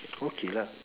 okay lah